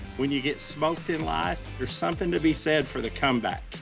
when you get smoked in life there's something to be said for the comeback.